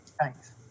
Thanks